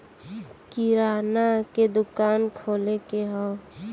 किराना के दुकान खोले के हौ